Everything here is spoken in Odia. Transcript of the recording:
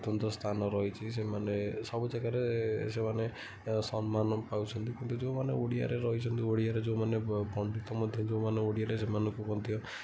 ସ୍ୱତନ୍ତ୍ର ସ୍ଥାନ ରହିଛି ସେମାନେ ସବୁ ଜାଗାରେ ସେମାନେ ସମ୍ମାନ ପାଉଛନ୍ତି କିନ୍ତୁ ଯୋଉମାନେ ଓଡ଼ିଆରେ ରହିଛନ୍ତି ଓଡ଼ିଆରେ ଯେଉଁମାନେ ବି ପଣ୍ଡିତ ମଧ୍ୟ ଯେଉଁମାନେ ଓଡ଼ିଆରେ ସେମାନଙ୍କୁ ମଧ୍ୟ